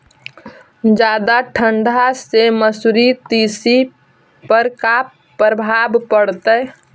जादा ठंडा से मसुरी, तिसी पर का परभाव पड़तै?